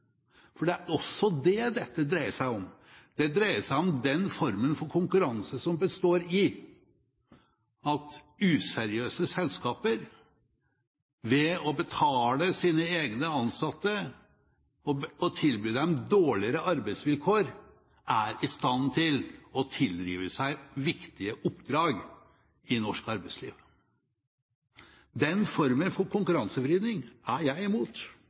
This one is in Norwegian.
for det er også det dette dreier seg om. Det dreier seg om den formen for konkurranse som består i at useriøse selskaper ved å betale sine egne ansatte og tilby dem dårligere arbeidsvilkår er i stand til å tilrive seg viktige oppdrag i norsk arbeidsliv. Den formen for konkurransevridning er jeg imot,